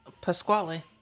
Pasquale